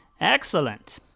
Excellent